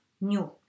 new